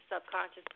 subconscious